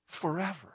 forever